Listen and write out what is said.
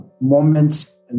moments